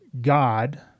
God